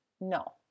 no